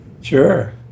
Sure